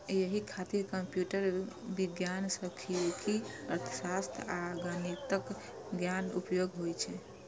एहि खातिर कंप्यूटर विज्ञान, सांख्यिकी, अर्थशास्त्र आ गणितक ज्ञानक उपयोग होइ छै